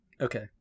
okay